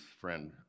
friend